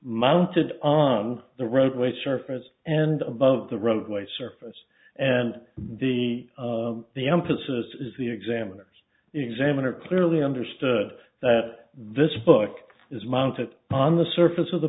mounted on the roadway surface and above the roadway surface and the the emphasis is the examiners examiner clearly understood that this book is mounted on the surface of the